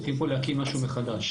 צריכים פה להקים משהו חדש.